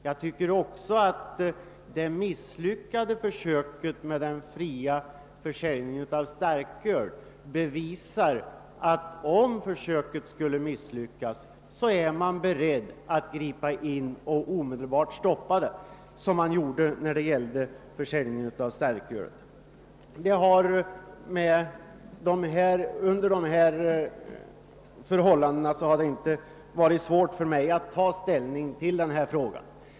Jag tycker också att det misslyckade försöket med den fria försäljningen av starköl bevisar att man, om försöket skulle misslyckas, är beredd att gripa in och omedelbart stoppa den, såsom skedde med försäljningen av starköl. Det har under dessa förhållanden inte varit svårt för mig att ta ställning till denna fråga.